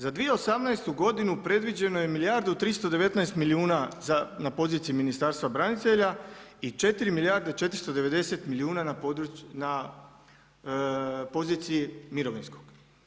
Za 2018. godinu predviđeno je milijardu 319 milijuna na poziciji Ministarstva branitelja i 4 milijarde 490 milijuna na poziciji mirovinskog.